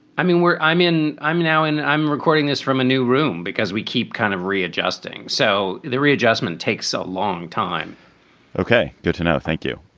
i mean, where i'm in i'm now and i'm recording this from a new room because we keep kind of readjusting. so the readjustment takes a so long time ok, good to know. thank you,